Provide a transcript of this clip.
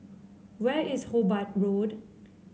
where is Hobart Road